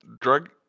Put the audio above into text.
drug